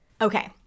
okay